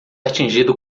atingido